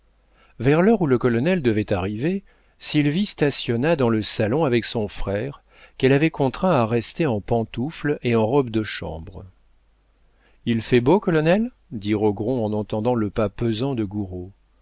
vers l'heure où le colonel devait arriver sylvie stationna dans le salon avec son frère qu'elle avait contraint à rester en pantoufles et en robe de chambre il fait beau colonel dit rogron en entendant le pas pesant de